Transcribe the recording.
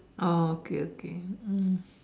oh okay okay mm